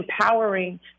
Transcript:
empowering